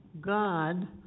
God